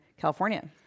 California